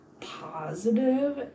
positive